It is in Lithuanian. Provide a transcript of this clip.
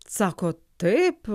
sako taip